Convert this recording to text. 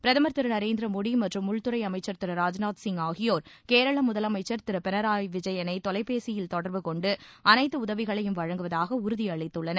பிரதம் திரு நரேந்திர மோடி மற்றும் உள்துறை அமைச்ச் திரு ராஜ்நாத் சிங் ஆகியோர் கேரள முதலமைச்சா் திரு பினராய் விஜயளை தொலைபேசியில் தொடா்புகொண்டு அனைத்து உதவிகளையும் வழங்குவதாக உறுதி அளித்துள்ளனர்